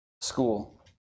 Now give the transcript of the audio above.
school